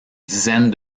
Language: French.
dizaine